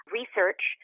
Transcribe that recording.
research